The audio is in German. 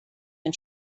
den